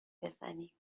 بزنیم